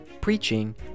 Preaching